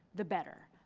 the better.